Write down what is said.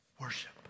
Worship